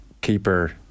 keeper